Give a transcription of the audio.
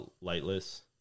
lightless